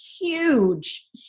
huge